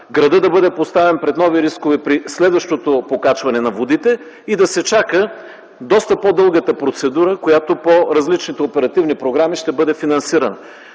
градът да бъде поставен пред нови рискове при следващото покачване на водите; и да се чака доста по-дългата процедура, която по различните оперативни програми ще бъде финансирана.